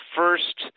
first –